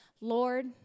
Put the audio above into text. Lord